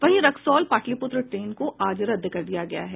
वहीं रक्सौल पाटलिपुत्र ट्रेन को आज रद्द कर दिया गया है